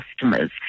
customers